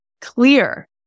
clear